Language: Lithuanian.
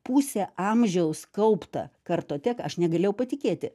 pusę amžiaus kauptą kartoteką aš negalėjau patikėti